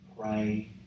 pray